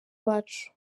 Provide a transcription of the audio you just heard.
wacu